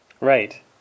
Right